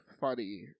funny